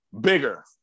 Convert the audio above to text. bigger